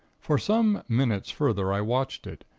for some minutes further i watched it,